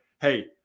Hey